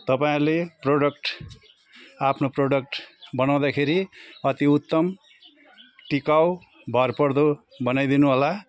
तपाईँहरले product आफ्नो product बनाउँदाखेरि अति उत्तम टिकाउ भरपर्दो बनाइदिनुहोला